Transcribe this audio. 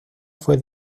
fue